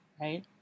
right